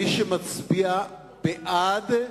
מי שמצביע בעד,